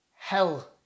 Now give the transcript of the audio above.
hell